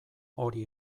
hori